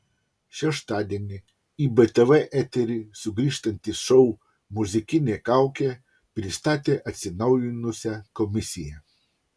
šeštadienį į btv eterį sugrįžtantis šou muzikinė kaukė pristatė atsinaujinusią komisiją